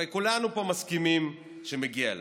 הרי כולנו פה מסכימים שמגיע להם,